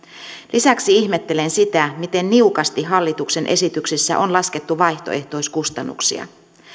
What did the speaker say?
lisäksi ihmettelen sitä miten niukasti hallituksen esityksissä on laskettu vaihtoehtoiskustannuksia